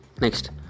Next